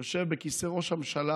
יושב בכיסא ראש הממשלה,